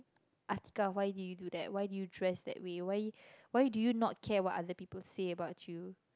Atikah why did you do you that why did you dress that way why why did you not care what other people say about you